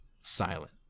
silent